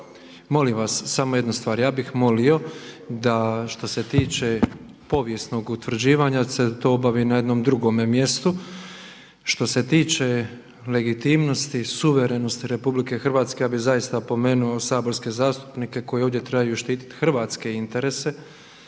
Molim vas, samo jedna stvar. Ja bih molio da što se tiče povijesnog utvrđivanja se to obavi na jednom drugome mjestu. Što se tiče legitimnosti i suverenosti RH ja bi zaista opomenuo saborske zastupnike koji ovdje trebaju štiti hrvatske interese